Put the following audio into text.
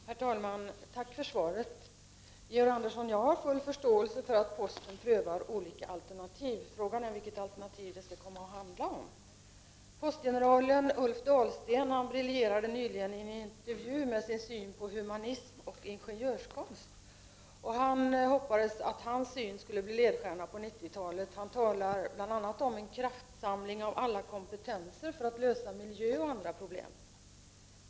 Herr talman! Tack för svaret. Jag har full förståelse för att posten prövar olika alternativ, Georg Andersson. Frågan är vilket alternativ det kommer att handla om. Postens generaldirektör Ulf Dahlsten briljerade nyligen i en intervju med sin syn på humanism och ingenjörskonst. Han hoppades att hans syn skulle bli ledstjärna under 90-talet. Han talade bl.a. om en kraftsamling av alla kompetenser för att lösa miljöproblem och andra problem.